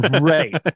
Right